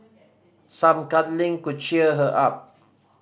some cuddling could cheer her up